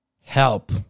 help